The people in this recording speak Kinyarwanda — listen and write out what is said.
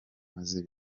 maze